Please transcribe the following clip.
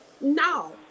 no